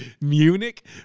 Munich